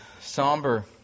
somber